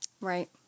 Right